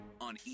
on